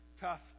tough